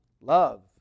love